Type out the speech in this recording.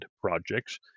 projects